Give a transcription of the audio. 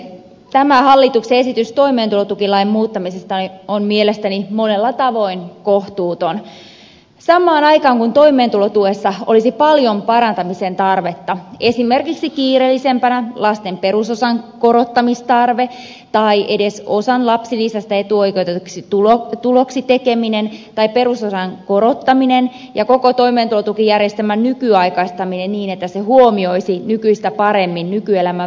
tämä hallituksen esitys toimeentulotukilain muuttamisesta on mielestäni monella tavoin kohtuuton samaan aikaan kun toimeentulotuessa olisi paljon parantamisen tarvetta esimerkiksi kiireellisempinä lasten perusosan korottamistarve tai edes osan lapsilisästä etuoikeutetuksi tuloksi tekeminen tai perusosan korottaminen ja koko toimeentulotukijärjestelmän nykyaikaistaminen niin että se huomioisi nykyistä paremmin nykyelämän välttämättömät menot